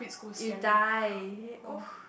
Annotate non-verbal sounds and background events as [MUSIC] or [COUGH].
you die [BREATH]